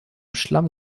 schlamm